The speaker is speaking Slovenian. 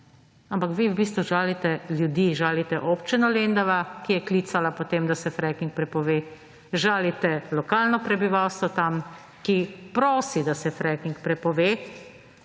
ampak vi v bistvu žalite ljudi, žalite občino Lendava, ki je klicala po tem, da se fracking prepove. Žalite lokalno prebivalstvo tam, ki prosi, da se fracking prepove.